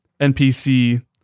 NPC